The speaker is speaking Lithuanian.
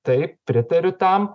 taip pritariu tam